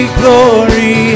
glory